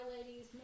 ladies